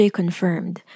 confirmed